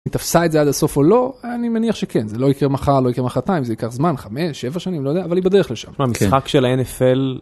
תפסה את זה עד הסוף או לא אני מניח שכן זה לא יקרה מחר לא יקרה מחרתיים זה ייקח זמן חמש שבע שנים לא יודע אבל היא בדרך לשם - המשחק של ה-NFL.